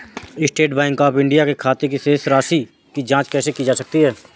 State Bank of India के खाते की शेष राशि की जॉंच कैसे की जा सकती है?